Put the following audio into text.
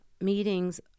meetings